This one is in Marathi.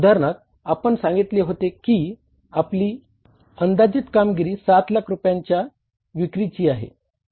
उदाहरणार्थ आपण सांगितले होते की आपली अंदाजित कामगिरी 7 लाख रुपयांच्या विक्रीची आहे